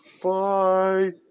Bye